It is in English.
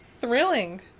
Thrilling